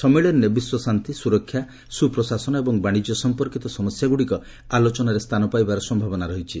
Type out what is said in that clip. ସମ୍ମିଳନୀରେ ବିଶ୍ୱ ଶାନ୍ତି ସୁରକ୍ଷା ସୁପ୍ରଶାସନ ଏବଂ ବାଣିଜ୍ୟ ସମ୍ପର୍କୀତ ସମସ୍ୟାଗୁଡିକ ଆଲୋଚନାରେ ସ୍ଥାନ ପାଇବାର ସମ୍ଭାବନା ରହିଛି